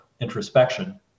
introspection